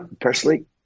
personally